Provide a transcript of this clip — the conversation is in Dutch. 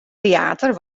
theater